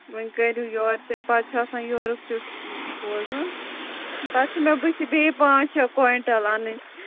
وۅنۍ کٔرِو یوڑٕ تہِ پتہٕ چھُ آسان یورُک تہِ بوزُن پتہٕ چھُ مےٚ بُتھِ بیٚیہِ پانٛژھ شےٚ کۄنٛٹل اَنٕنۍ